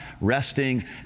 resting